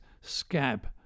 scab